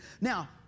Now